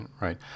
right